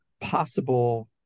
possible